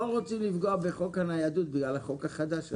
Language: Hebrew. רוצים לפגוע בחוק הניידות בגלל החוק החדש הזה.